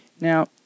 now